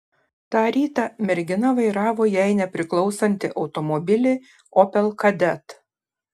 tą rytą mergina vairavo jai nepriklausantį automobilį opel kadett